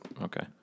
Okay